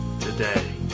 today